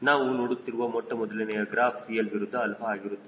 ನಾವು ನೋಡುತ್ತಿರುವ ಮೊಟ್ಟಮೊದಲನೆಯ ಗ್ರಾಫ್ CL ವಿರುದ್ಧ 𝛼 ಆಗಿರುತ್ತದೆ